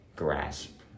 grasp